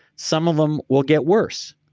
some of them will get worse.